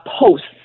posts